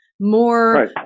more